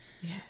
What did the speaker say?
Yes